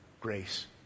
grace